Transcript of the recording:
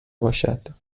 باشد